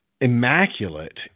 immaculate